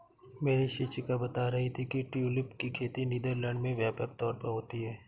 मेरी शिक्षिका बता रही थी कि ट्यूलिप की खेती नीदरलैंड में व्यापक तौर पर होती है